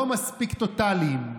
לא מספיק טוטליים.